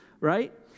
right